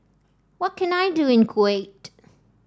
what can I do in Kuwait